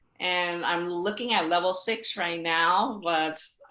and i'm looking at level six right now. but